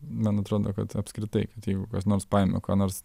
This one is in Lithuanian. man atrodo kad apskritai kad jeigu kas nors paėmė ką nors